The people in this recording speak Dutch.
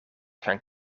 gaan